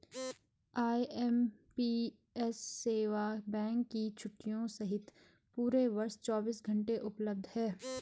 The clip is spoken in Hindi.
आई.एम.पी.एस सेवा बैंक की छुट्टियों सहित पूरे वर्ष चौबीस घंटे उपलब्ध है